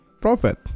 profit